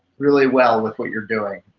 really well with what you're doing.